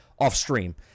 off-stream